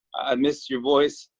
i missed your voice,